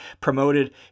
promoted